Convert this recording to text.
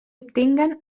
obtinguen